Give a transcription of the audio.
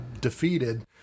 defeated